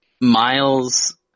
Miles